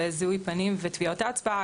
בזיהוי פנים וטביעות אצבע.